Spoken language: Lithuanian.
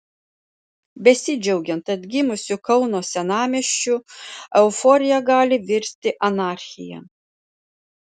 besidžiaugiant atgimusiu kauno senamiesčiu euforija gali virsti anarchija